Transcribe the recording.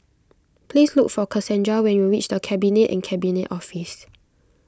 please look for Casandra when you reach the Cabinet at Cabinet Office